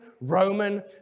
Roman